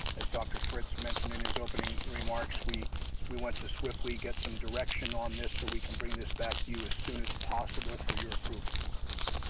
as dr. fritz mentioned in his opening remarks, we we want to swiftly get some direction on this so we can bring this back to you as soon as possible for your approval.